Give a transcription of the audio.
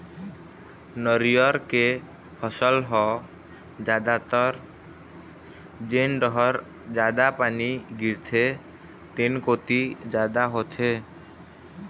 नरियर के फसल ह जादातर जेन डहर जादा पानी गिरथे तेन कोती जादा होथे